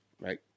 Right